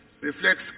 reflects